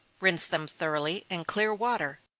rinse them thoroughly in clear water,